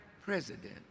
president